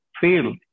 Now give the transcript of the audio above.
feel